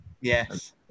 yes